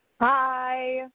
Hi